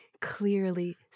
clearly